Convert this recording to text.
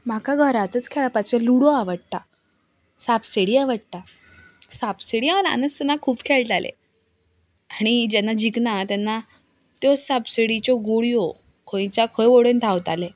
म्हाका घरांतच खेळपाचें लुडो आवडटा सापसिडी आवडटा सापसिडी हांव ल्हान आसतना खूब खेळटालें आनी जेन्ना जिखना तेन्ना ते सापसिडिच्यो गुळयो खंयच्या खंय उडोवन धांवताले